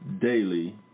daily